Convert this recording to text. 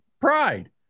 pride